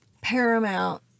paramount